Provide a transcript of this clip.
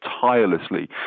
tirelessly